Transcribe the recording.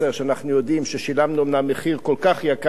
שאנחנו יודעים ששילמנו אומנם מחיר כל כך יקר,